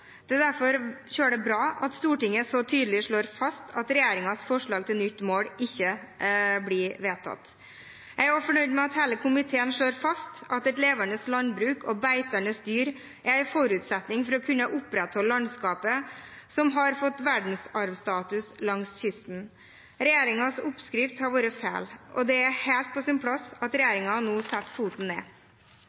Det er derfor «kjøle» bra at Stortinget så tydelig slår fast at regjeringens forslag til nytt mål ikke blir vedtatt. Jeg er fornøyd med at hele komiteen slår fast at et levende landbruk og beitende dyr er en forutsetning for å kunne opprettholde landskapet, som har fått verdensarvstatus langs kysten. Regjeringens oppskrift har vært feil, og det er helt på sin plass at man nå setter foten ned.